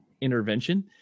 intervention